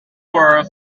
were